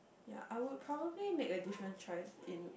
ya I would probably make a different choice in